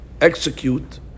execute